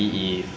mm